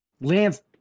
Lance